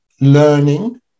learning